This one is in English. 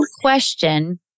question